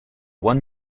one